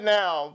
now